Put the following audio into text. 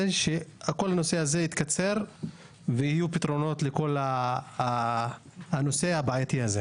שכל הנושא הזה יתקצר ויהיו פתרונות לכל הנושא הבעייתי הזה.